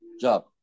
job